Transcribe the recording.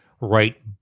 right